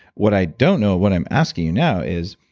what i don't know, what i'm asking you now is,